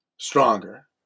Stronger